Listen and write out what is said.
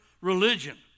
religion